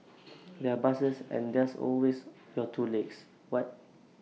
there are buses and there's always your two legs what